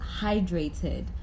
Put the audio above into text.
hydrated